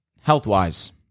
health-wise